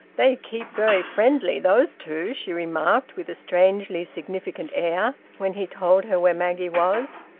they keep very friendly those two, she remarked, with a strangely significant air, when he told her where maggie was.